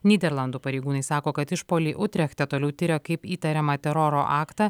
nyderlandų pareigūnai sako kad išpuolį utrechte toliau tiria kaip įtariamą teroro aktą